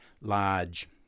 large